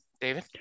David